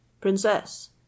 princess